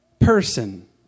Person